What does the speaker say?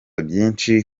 byinshi